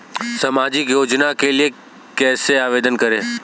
सामाजिक योजना के लिए कैसे आवेदन करें?